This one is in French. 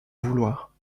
vouloir